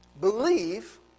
Believe